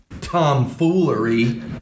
tomfoolery